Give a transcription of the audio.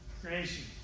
Creation